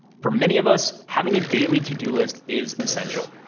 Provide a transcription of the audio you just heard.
for many of us, having a daily to-do list is essential.